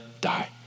die